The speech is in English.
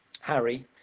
Harry